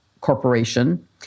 Corporation